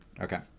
okay